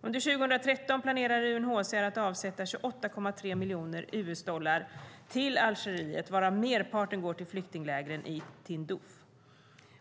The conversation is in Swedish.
Under 2013 planerar UNHCR att avsätta 28,3 miljoner US-dollar till Algeriet, varav merparten går till flyktinglägren i Tindouf.